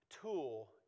tool